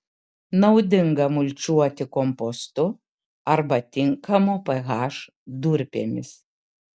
naudinga mulčiuoti kompostu arba tinkamo ph durpėmis